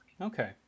Okay